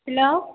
hello